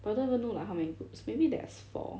but I don't even know like how many groups maybe there's four